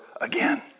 again